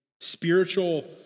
spiritual